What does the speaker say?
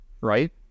Right